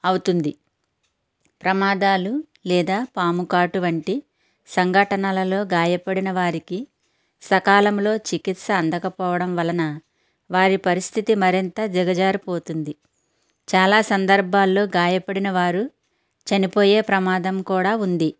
అవుతుంది ప్రమాదాలు లేదా పాముకాటు వంటి సంఘటనలలో గాయపడిన వారికి సకాలంలో చికిత్స అందకపోవడం వలన వారి పరిస్థితి మరింత దిగజారిపోతోంది చాలా సందర్భాల్లో గాయపడిన వారు చనిపోయే ప్రమాదం కూడా ఉంది